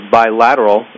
bilateral